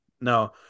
No